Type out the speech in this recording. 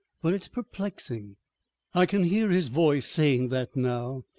but it's perplexing i can hear his voice saying that now,